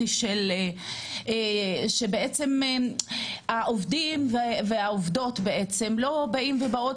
שבעצם העובדים והעובדות לא באים ובאות